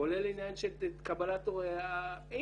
כולל עניין של קבלת אורח.